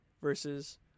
versus